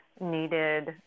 needed